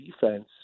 defense